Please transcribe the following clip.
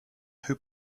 who